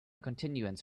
continuance